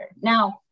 Now